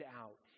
out